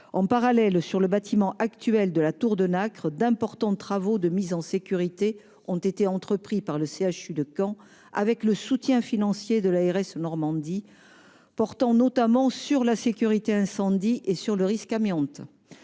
En parallèle, sur le bâtiment actuel de la Tour de Nacre, d'importants travaux de mise en sécurité ont été entrepris par le CHU de Caen, avec le soutien financier de l'ARS de Normandie, portant notamment sur la sécurité incendie et le risque amiante.